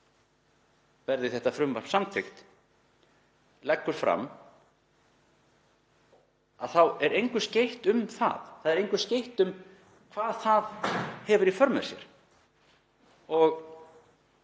verði þetta frumvarp samþykkt, leggur fram og það er engu skeytt um það. Það er engu skeytt um hvað það hefur í för með sér.